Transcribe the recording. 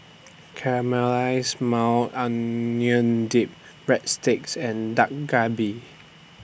Caramelized Maui Onion Dip Breadsticks and Dak Galbi